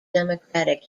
democratic